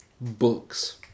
Books